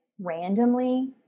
randomly